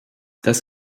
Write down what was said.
das